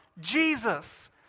Jesus